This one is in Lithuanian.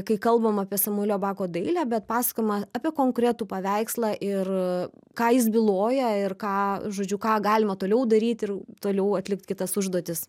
kai kalbam apie samuelio bako dailę bet pasakojama apie konkretų paveikslą ir ką jis byloja ir ką žodžiu ką galima toliau daryt ir toliau atlikt kitas užduotis